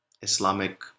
Islamic